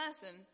person